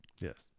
Yes